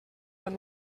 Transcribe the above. tan